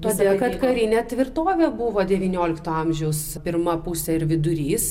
todėl kad karinė tvirtovė buvo devyniolikto amžiaus pirma pusė ir vidurys